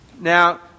Now